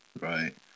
Right